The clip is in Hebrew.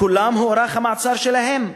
כולם הוארך המעצר שלהם.